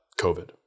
COVID